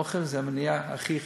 אוכל זה המניעה הכי חשובה.